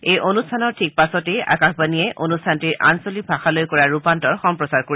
এই অনুষ্ঠানৰ ঠিক পাছতে আকাশবাণীয়ে অনুষ্ঠানটিৰ আঞ্চলিক ভাষালৈ কৰা ৰূপান্তৰ সম্প্ৰচাৰ কৰিব